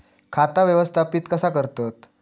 खाता व्यवस्थापित कसा करतत?